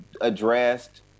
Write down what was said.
addressed